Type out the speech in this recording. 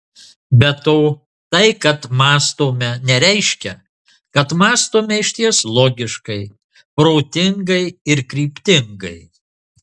be to tai kad mąstome nereiškia kad mąstome išties logiškai protingai ir kryptingai